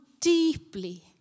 deeply